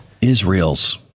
Israel's